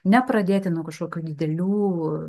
nepradėti nuo kažkokių didelių